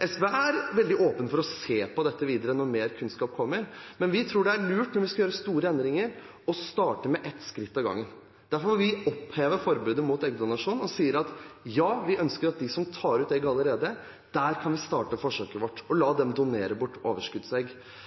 SV er veldig åpen for å se på dette videre når mer kunnskap kommer, men vi tror det er lurt når vi skal gjøre store endringer, å starte med ett skritt om gangen. Derfor vil vi oppheve forbudet mot eggdonasjon og sier at vi ønsker å starte forsøket vårt med dem som tar ut egg allerede, og